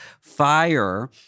fire